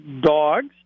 Dogs